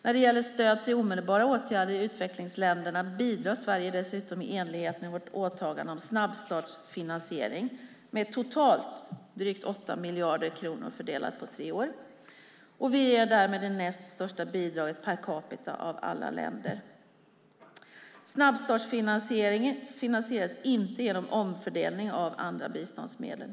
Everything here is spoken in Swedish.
När det gäller stöd till omedelbara åtgärder i utvecklingsländerna bidrar Sverige dessutom i enlighet med vårt åtagande om snabbstartsfinansiering med totalt drygt 8 miljarder kronor fördelade på tre år. Vi ger därmed det näst största bidraget per capita av alla länder. Snabbstartsfinansieringen finansieras inte genom omfördelning av andra biståndsmedel.